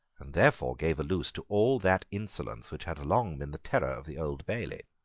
and therefore gave a loose to all that insolence which had long been the terror of the old bailey.